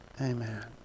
amen